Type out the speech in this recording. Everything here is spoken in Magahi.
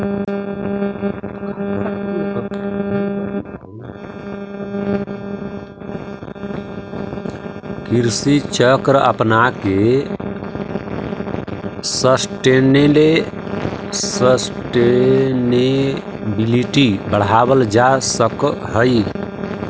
कृषि चक्र अपनाके सस्टेनेबिलिटी बढ़ावल जा सकऽ हइ